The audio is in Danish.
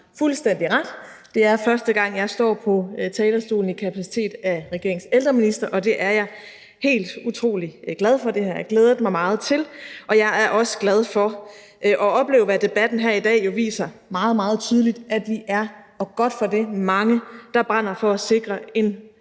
fuldstændig ret: Det er første gang, jeg står på talerstolen i kapacitet af regeringens ældreminister, og det er jeg helt utrolig glad for; det har jeg glædet mig meget til. Og jeg er også glad for at opleve, hvad debatten her i dag jo viser meget, meget tydeligt, at vi er – og godt for det – mange, der brænder for at sikre en